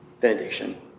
benediction